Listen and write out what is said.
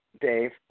Dave